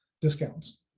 discounts